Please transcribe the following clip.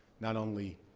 not only